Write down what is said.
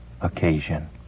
occasion